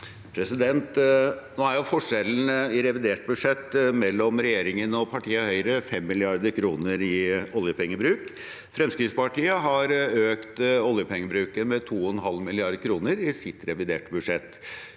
Nå er forskjel- len i revidert budsjett mellom regjeringen og partiet Høyre 5 mrd. kr i oljepengebruk. Fremskrittspartiet har økt oljepengebruken med 2,5 mrd. kr i sitt reviderte budsjett.